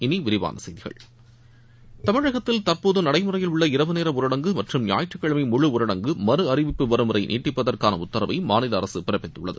இனி விரிவான செய்திகள் தமிழகத்தில் தற்போது நடைமுறையில் உள்ள இரவு நேர ஊடரங்கு மற்றும் ஞாயிற்றுக்கிழமை முழு ஊரடங்கு மறு அறிவிப்பு வரும் வரை நீட்டிப்பதற்கான உத்தரவை மாநில அரசு பிறப்பித்துள்ளது